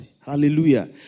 Hallelujah